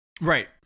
right